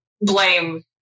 blame